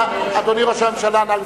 ישראל מפורזת.